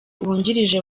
wungirije